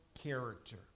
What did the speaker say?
character